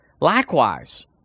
likewise